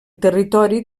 territori